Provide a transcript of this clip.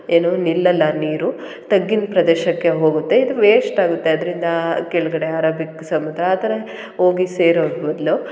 ಏನೂ ನಿಲ್ಲಲ್ಲ ನೀರು ತಗ್ಗಿನ ಪ್ರದೇಶಕ್ಕೆ ಹೋಗುತ್ತೆ ಇದು ವೇಷ್ಟ್ ಆಗುತ್ತೆ ಅದರಿಂದ ಕೆಳಗಡೆ ಅರಬಿಕ್ ಸಮುದ್ರ ಆ ಥರ ಹೋಗಿ ಸೇರೋ ಬದಲು